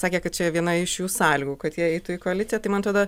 sakė kad čia viena iš jų sąlygų kad jie eitų į koaliciją tai man atrodo